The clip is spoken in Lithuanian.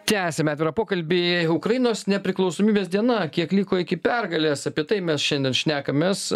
tęsiame atvirą pokalbį ukrainos nepriklausomybės diena kiek liko iki pergalės apie tai mes šiandien šnekamės